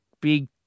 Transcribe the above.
big